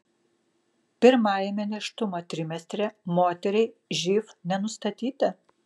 pirmajame nėštumo trimestre moteriai živ nenustatyta